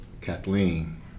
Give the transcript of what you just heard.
Kathleen